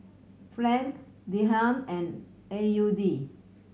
Franc Dirham and A U D